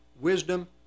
Wisdom